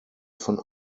von